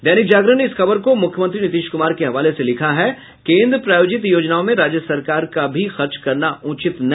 दैनिक जागरण ने इस खबर को मुख्यमंत्री नीतीश कुमार के हवाले से लिखा है केन्द्र प्रायोजित योजनाओं में राज्य सरकार का भी खर्च करना उचित नहीं